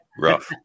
rough